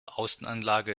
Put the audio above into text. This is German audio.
außenanlage